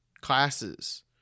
classes